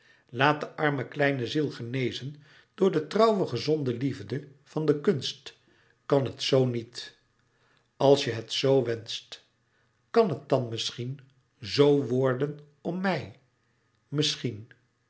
laat de arme kleine ziel genezen door de trouwe gezonde liefde van de kunst kan het zoo niet als je het zoo wenscht kan het dan misschien zoo worden om mij misschien